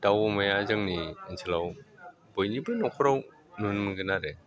दाउ अमाया जोंनि ओनसोलाव बयनिबो न'खराव नुनो मोनगोन आरो